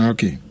Okay